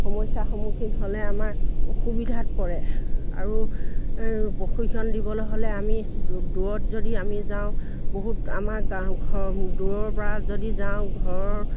সমস্যাৰ সন্মুখীন হ'লে আমাৰ অসুবিধাত পৰে আৰু প্ৰশিক্ষণ দিবলৈ হ'লে আমি দূৰত যদি আমি যাওঁ বহুত আমাৰ গাঁ ঘৰ দূৰৰ পৰা যদি যাওঁ ঘৰৰ